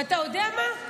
ואתה יודע מה?